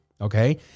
okay